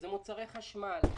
מוצרי חשמל,